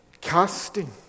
casting